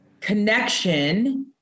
connection